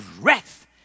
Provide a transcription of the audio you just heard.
breath